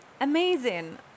Amazing